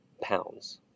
pounds